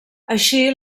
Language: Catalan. així